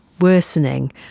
worsening